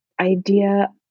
idea